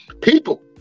People